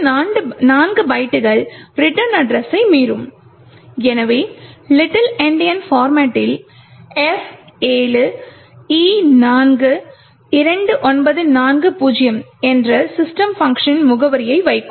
அடுத்த நான்கு பைட்டுகள் ரிட்டர்ன் அட்ரெஸை மீறும் எனவே லிட்டில் எண்டியன் போர்மட்டில் F7E42940 என்ற system பங்க்ஷனின் முகவரியை வைக்கும்